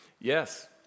Yes